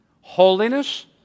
Holiness